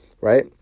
Right